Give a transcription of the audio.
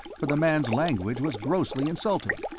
for the man's language was grossly insulting,